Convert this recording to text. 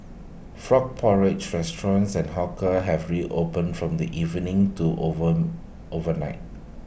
frog porridge restaurants and hawkers have reopened from evening to over over night